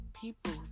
people